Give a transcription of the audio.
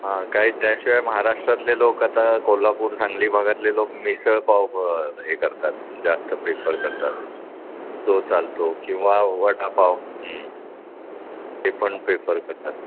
हां काही त्याशिवाय महाराष्ट्रातले लोक आता कोल्हापूर सांगली भागातले लोक मिसळपाव हे करतात जास्त प्रिफर करतात तो चालतो किंवा वडापाव हे पण प्रेफर करतात